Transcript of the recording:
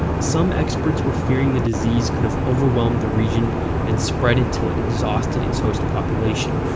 some experts were fearing the disease could have overwhelmed the region and spread until it exhausted its host population,